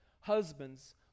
Husbands